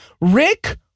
Rick